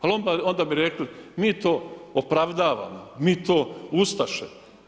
Al onda bi rekli, mi to opravdavamo, mi to ustaše.